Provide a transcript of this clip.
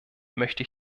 möchte